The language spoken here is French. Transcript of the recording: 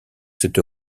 cette